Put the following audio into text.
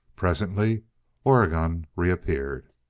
presently oregon reappeared.